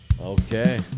Okay